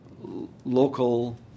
local